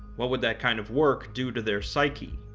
what would that kind of work do to their psyche?